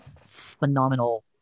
phenomenal